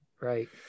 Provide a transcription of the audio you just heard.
Right